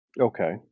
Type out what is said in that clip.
Okay